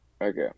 Okay